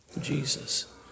Jesus